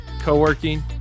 co-working